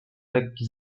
lekki